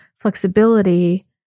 flexibility